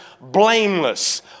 blameless